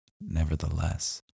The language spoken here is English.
nevertheless